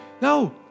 No